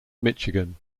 michigan